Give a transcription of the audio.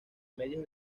medios